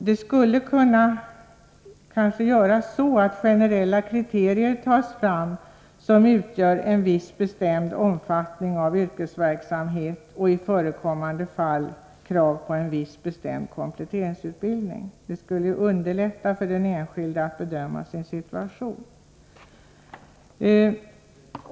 Det skulle kunna gå till på så sätt att generella kriterier fastställs som avser en viss bestämd omfattning av yrkesverksamheten och i förekommande fall krav på en viss bestämd kompletteringsutbildning. Detta skulle underlätta för den enskilde att bedöma sin situation.